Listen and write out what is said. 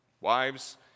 wives